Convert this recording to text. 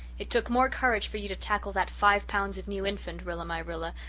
it took more courage for you to tackle that five pounds of new infant, rilla-my-rilla,